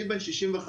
אני בן 65,